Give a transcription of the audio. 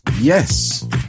Yes